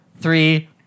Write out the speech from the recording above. three